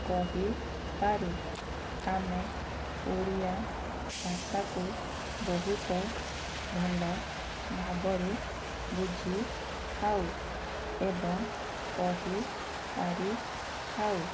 କହିପାରୁ ଆମେ ଓଡ଼ିଆ ଭାଷାକୁ ବହୁତ ଭଲ ଭାବରେ ବୁଝିଥାଉ ଏବଂ କହିପାରିଥାଉ